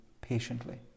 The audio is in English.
patiently